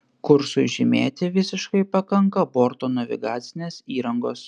kursui žymėti visiškai pakanka borto navigacinės įrangos